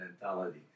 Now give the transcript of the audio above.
mentality